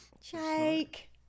Jake